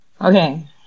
okay